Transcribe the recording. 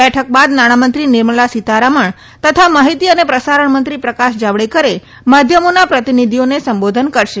બેઠક બાદ નાણામંત્રી નિર્મળા સિતારમણ તતા માહિતી અને પ્રસારણમંત્રી પ્રકાશ જાવડેકરે માધ્યમોના પ્રતિનિધિઓને સંબોધન કરશે